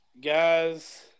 Guys